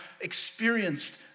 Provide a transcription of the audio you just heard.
experienced